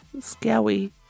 Scary